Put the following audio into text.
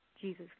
Jesus